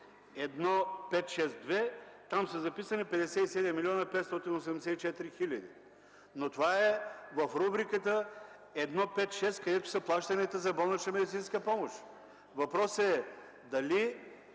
1.5.6.2 – там са записани 57 млн. 584 хиляди. Това е в рубриката 1.5.6, където са плащанията за болнична медицинска помощ. Въпросът е: дали